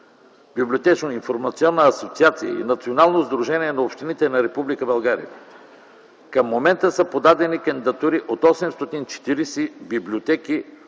библиотечно-информационна асоциация и Националното сдружение на общините на Република България. Към момента са подадени кандидатури от 840 библиотеки